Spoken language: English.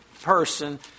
person